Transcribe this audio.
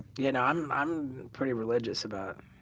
you know i'm i'm pretty religious about